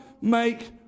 make